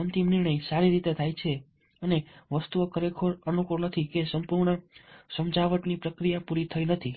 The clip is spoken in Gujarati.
અંતિમ નિર્ણય સારી રીતે થાય છે કે વસ્તુઓ ખરેખર અનુકૂળ નથી કે સંપૂર્ણ સમજાવટની પ્રક્રિયા પૂરી થઈ નથી